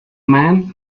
man